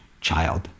child